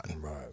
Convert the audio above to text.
Right